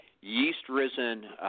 yeast-risen